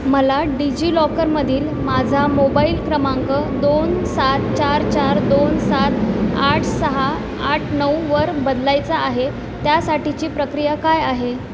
मला डिजि लॉकरमधील माझा मोबाईल क्रमांक दोन सात चार चार दोन सात आठ सहा आठ नऊवर बदलायचा आहे त्यासाठीची प्रक्रिया काय आहे